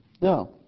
No